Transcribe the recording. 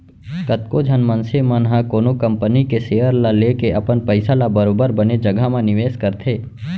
कतको झन मनसे मन ह कोनो कंपनी के सेयर ल लेके अपन पइसा ल बरोबर बने जघा म निवेस करथे